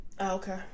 okay